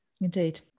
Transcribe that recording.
indeed